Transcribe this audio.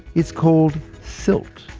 it's called silt.